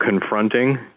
confronting